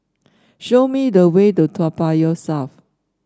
show me the way to Toa Payoh South